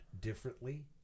differently